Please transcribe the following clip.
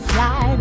Fly